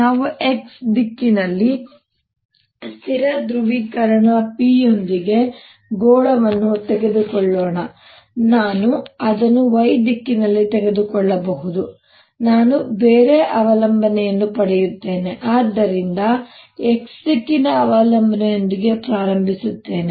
ನಾವು x ದಿಕ್ಕಿನಲ್ಲಿ ಸ್ಥಿರ ಧ್ರುವೀಕರಣ P ಯೊಂದಿಗೆ ಗೋಳವನ್ನು ತೆಗೆದುಕೊಳ್ಳೋಣ ನಾನು ಅದನ್ನು y ದಿಕ್ಕಿನಲ್ಲಿ ತೆಗೆದುಕೊಳ್ಳಬಹುದು ನಾನು ಬೇರೆ ಅವಲಂಬನೆಯನ್ನು ಪಡೆಯುತ್ತೇನೆ ಆದ್ದರಿಂದ ನಾನು x ದಿಕ್ಕಿನ ಅವಲಂಬನೆಯೊಂದಿಗೆ ಪ್ರಾರಂಭಿಸುತ್ತೇನೆ